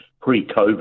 Pre-COVID